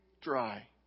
dry